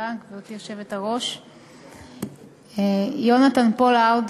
גברתי היושבת-ראש, תודה, יונתן פולארד